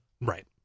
Right